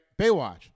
Baywatch